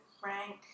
frank